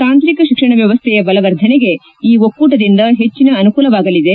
ತಾಂತ್ರಿಕ ಶಿಕ್ಷಣ ವ್ಯವಸ್ಥೆಯ ಬಲವರ್ಧನೆಗೆ ಈ ಒಕ್ಕೂಟದಿಂದ ಹೆಚ್ಚಿನ ಅನುಕೂಲವಾಗಲಿದೆ